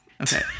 Okay